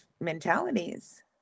mentalities